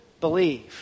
believe